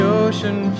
ocean